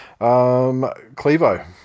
Clevo